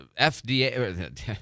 FDA